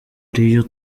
ariyo